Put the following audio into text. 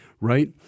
right